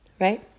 right